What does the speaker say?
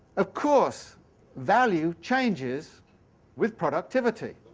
of course value changes with productivity.